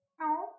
No